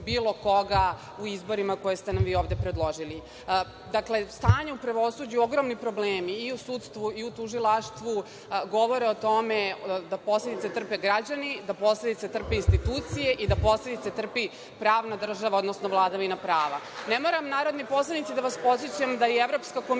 bilo koga u izborima koje ste nam vi ovde predložili. Dakle, stanje u pravosuđu, ogromni problemi i u sudstvu i u tužilaštvu govore o tome da posledice trpe građani, da posledice trpe institucije i da posledice trpi pravna država odnosno vladavina prava. Ne moram narodni poslanici da vas podsećam da je Evropska komisija